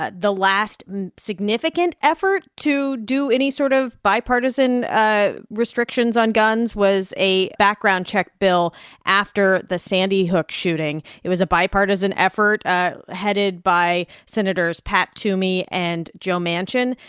ah the last significant effort to do any sort of bipartisan ah restrictions on guns a background check bill after the sandy hook shooting. it was a bipartisan effort headed by senators pat toomey and joe manchin.